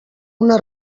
una